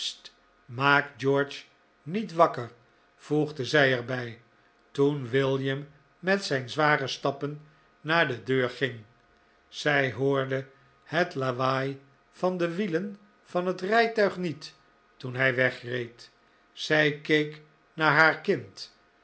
maak george niet wakker voegde zij er bij toen william met zijn zware stappen naar de deur ging zij hoorde het lawaai van de wielen van het rijtuig niet toen hij wegreed zij keek naar haar kind